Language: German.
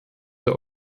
der